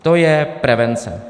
To je prevence.